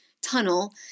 tunnel